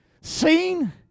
seen